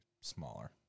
smaller